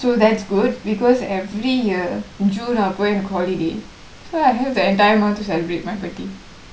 so that's good because every year june அப்போ எனக்கு:appo enakku holiday so every year I have the entire amount to celebrate my birthday